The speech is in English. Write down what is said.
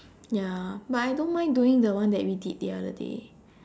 ya but I don't mind doing the one that we did the other day